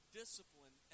discipline